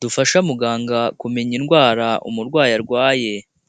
dufasha muganga kumenya indwara, umurwayi arwaye.